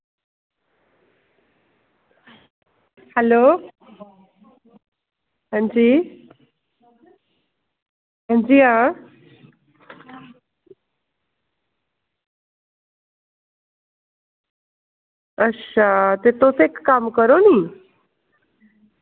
hello हंजी हां जी हां अच्छा ते तुस इक कम्म करो नी